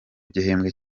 gihembwe